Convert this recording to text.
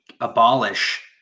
abolish